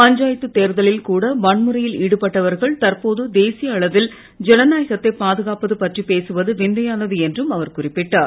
பஞ்சாயத்து தேர்தலில் கூட வன்முறையில் ஈடுபட்டவர்கள் தற்போது தேசிய அளவில் ஜனநாயகத்தை பாதுகாப்பது பற்றி பேசுவது விந்தையானது என்றும் அவர் குறிப்பிட்டார்